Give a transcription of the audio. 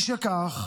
משכך,